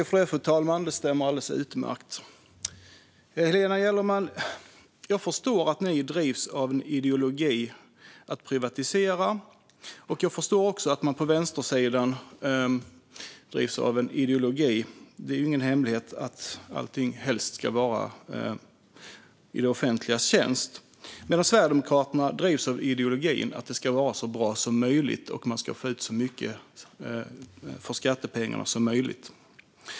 Fru talman! Jag förstår, Helena Gellerman, att ni drivs av en ideologi att privatisera. Jag förstår också att man på vänstersidan drivs av en ideologi där allting helst ska vara i det offentligas tjänst; det är ingen hemlighet. Sverigedemokraterna drivs i stället av ideologin att det ska vara så bra som möjligt och att man ska få ut så mycket av skattepengarna som möjligt.